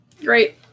Great